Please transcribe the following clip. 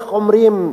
איך אומרים,